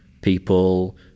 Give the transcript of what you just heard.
people